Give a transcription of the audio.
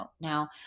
Now